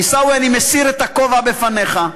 עיסאווי, אני מסיר את הכובע בפניך: